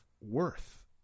worth